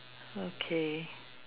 okay